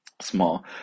small